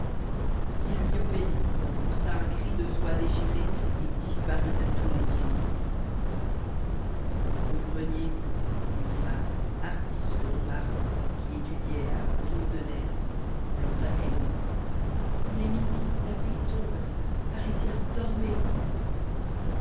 silvio pellico poussa un cri de soie déchirée et disparut à tous les yeux au grenier une femme artiste de montmartre qui étudiait la tour de nesle lança ces mots il est minuit la pluie tombe parisiens dormez